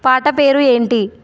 పాట పేరు ఏంటి